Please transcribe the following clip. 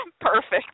Perfect